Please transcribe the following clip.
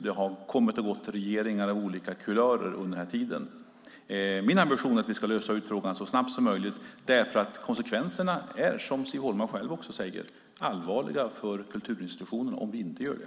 Det har kommit och gått regeringar av olika kulörer under tiden. Min ambition är att vi ska lösa frågan så snabbt som möjligt eftersom konsekvenserna, precis som Siv Holma säger, är allvarliga för kulturinstitutionen om vi inte gör det.